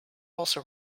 also